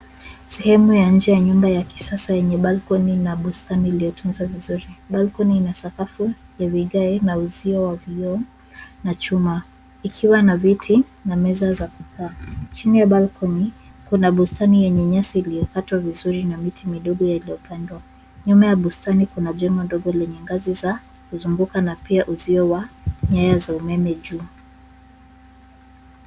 Sehemu ya nje ya nyumba ya kisasa yenye balcony na bustani iliyotunzwa vizuri. balcony ina sakafu ya vigae na uzio wa vioo na chuma ikiwa na viti na meza za kukaa . Chini ya balcony kuna bustani yenye nyasi iliyokatwa vizuri na miti midogo yaliyopandwa. Nyuma ya bustani kuna jengo ndogo lenye ngazi za kuzunguka na pia uzio wa nyaya za umeme juu.